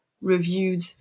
reviewed